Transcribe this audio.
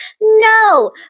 No